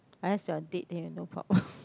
ask your date here no problem